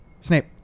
Snape